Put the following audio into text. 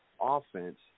offense